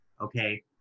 okay